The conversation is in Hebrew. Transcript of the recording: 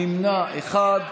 נמנע אחד.